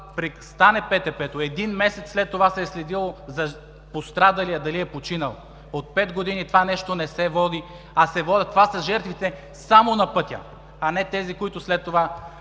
стане ПТП-то, един месец след това се е следило за пострадалия дали е починал. От 5 години това нещо не се води. Това са жертвите само на пътя, а не тези, които след това